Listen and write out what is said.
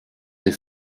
des